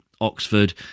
Oxford